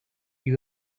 you